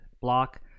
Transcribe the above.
block